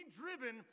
driven